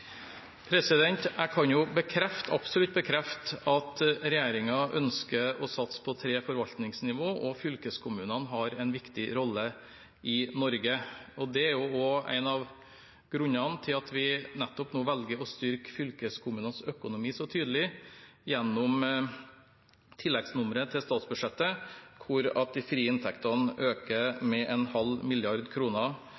Jeg kan absolutt bekrefte at regjeringen ønsker å satse på tre forvaltningsnivå, og fylkeskommunene har en viktig rolle i Norge. Det er også en av grunnene til at vi nettopp nå velger å styrke fylkeskommunenes økonomi så tydelig gjennom tilleggsnummeret til statsbudsjettet, hvor de frie inntektene øker